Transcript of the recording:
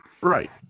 Right